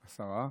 השרה,